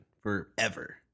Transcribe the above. forever